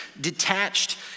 detached